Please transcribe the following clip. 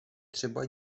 třeba